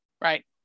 Right